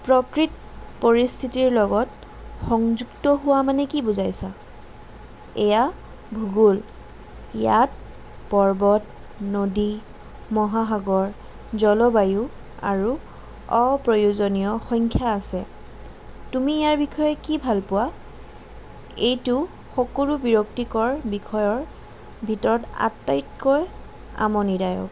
প্ৰকৃত পৰিস্থিতিৰ লগত সংযুক্ত হোৱা মানে কি বুজাইছা এয়া ভূগোল ইয়াত পৰ্বত নদী মহাসাগৰ জলবায়ু আৰু অপ্ৰয়োজনীয় সংখ্যা আছে তুমি ইয়াৰ বিষয়ে কি ভাল পোৱা এইটো সকলো বিৰক্তিকৰ বিষয়ৰ ভিতৰত আটাইতকৈ আমনিদায়ক